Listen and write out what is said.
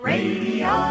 Radio